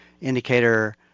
indicator